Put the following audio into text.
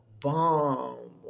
bomb